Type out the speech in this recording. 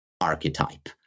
archetype